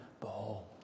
Behold